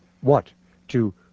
what—to